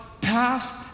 past